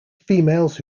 females